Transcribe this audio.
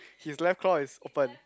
his left claw is open